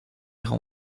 ran